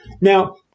Now